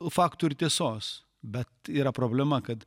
faktų ir tiesos bet yra problema kad